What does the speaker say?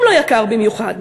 גם לא יקר במיוחד.